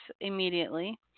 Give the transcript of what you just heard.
immediately